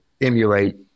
emulate